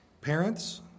Parents